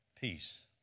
peace